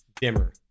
Dimmer